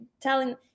telling